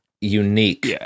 unique